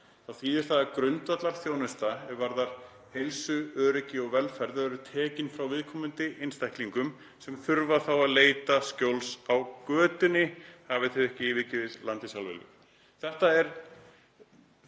þá þýðir það að grundvallarþjónusta er varðar heilsu, öryggi og velferð verður tekin frá viðkomandi einstaklingum sem þurfa þá að leita skjóls á götunni, hafi þau ekki yfirgefið landið sjálfviljug.“ Þetta